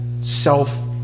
self